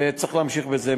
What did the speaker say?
וצריך להמשיך בזה.